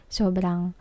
sobrang